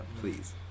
Please